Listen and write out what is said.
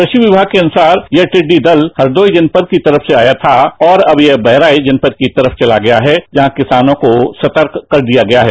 कृषि किमाग के अनुसार यह टिड्डी दल हरदोई जनपद की तरफ से आया था और अब यह बहराइच जनपद की तरह चला गया है जहां किसानों को सतर्क कर दिया गया है